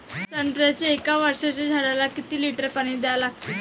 संत्र्याच्या एक वर्षाच्या झाडाले किती लिटर पाणी द्या लागते?